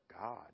God